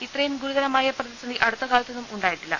ഇത്രയും ഗുരുതരമായ പ്രതിസന്ധി അടുത്തകാല്പത്തൊന്നും ഉണ്ടാ യിട്ടില്ല